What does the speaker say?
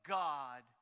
god